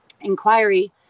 inquiry